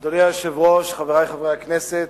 אדוני היושב-ראש, חברי חברי הכנסת,